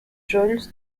jones